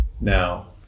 Now